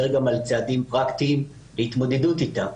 גם על צעדים פרקטיים והתמודדות איתה.